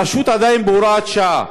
הרשות עדיין בהוראת שעה,